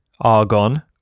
argon